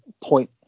point